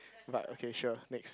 but ok sure next